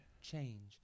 Change